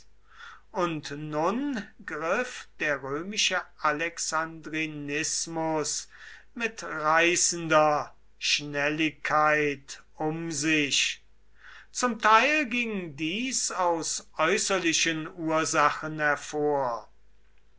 und nun griff der römische alexandrinismus mit reißender schnelligkeit um sich zum teil ging dies aus äußerlichen ursachen hervor